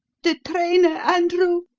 the trainer, andrew,